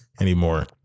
anymore